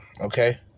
okay